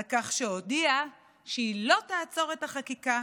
על כך שהודיעה שהיא לא תעצור את החקיקה,